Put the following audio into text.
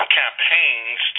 campaigns